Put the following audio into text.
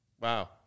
Wow